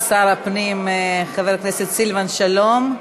שר הפנים חבר הכנסת סילבן שלום.